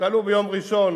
תעלו ביום ראשון,